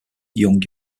young